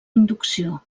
inducció